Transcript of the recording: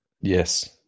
Yes